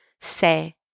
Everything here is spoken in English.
say